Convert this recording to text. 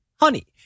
Honey